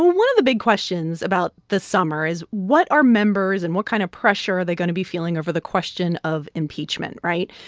one of the big questions about this summer is, what are members and what kind of pressure are they going to be feeling over the question of impeachment, right?